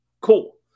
Cool